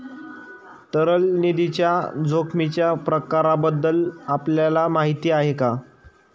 तरल निधीच्या जोखमीच्या प्रकारांबद्दल आपल्याला माहिती आहे का?